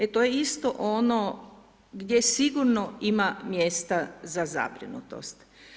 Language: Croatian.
E to je isto ono gdje sigurno ima mjesta za zabrinutost.